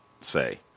say